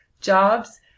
jobs